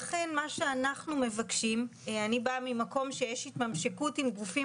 לכן מה שאנחנו מבקשים כאן אני באה ממקום שיש התממשקות עם גופים